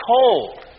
cold